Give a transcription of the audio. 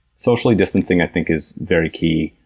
socially distancing i think is very key.